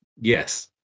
Yes